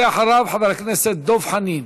אחריו, חבר הכנסת דב חנין.